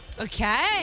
Okay